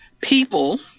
people